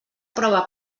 prova